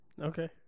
Okay